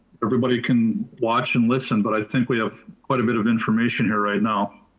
everybody can watch and listen. but i think we have quite a bit of information here right now.